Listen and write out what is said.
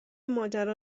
ماجرا